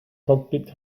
cockpit